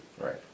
Right